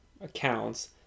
accounts